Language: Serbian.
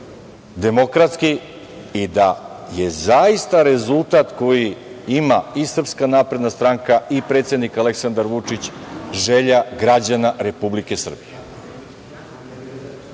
demokratski i da je zaista rezultat koji ima i Srpska napredna stranka i predsednik Aleksandar Vučić želja građana Republike Srbije.